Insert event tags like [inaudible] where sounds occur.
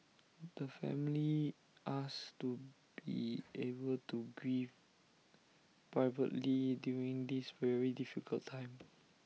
the family asks to be [noise] able to grieve privately during this very difficult time